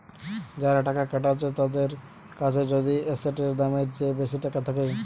যারা টাকা খাটাচ্ছে তাদের কাছে যদি এসেটের দামের চেয়ে বেশি টাকা থাকে